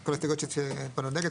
על ההסתייגויות שהצבענו עליהן נגד,